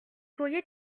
courrier